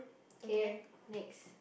K next